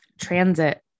transit